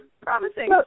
promising